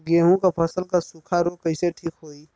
गेहूँक फसल क सूखा ऱोग कईसे ठीक होई?